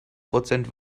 prozent